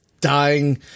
dying